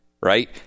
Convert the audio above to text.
right